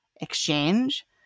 exchange